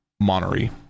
Monterey